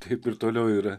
taip ir toliau yra